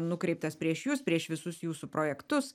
nukreiptas prieš jus prieš visus jūsų projektus